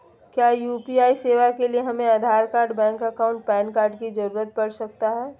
क्या यू.पी.आई सेवाएं के लिए हमें Aadhaar card bank account PAN card की जरूरत पड़ सकता है?